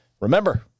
Remember